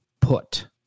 put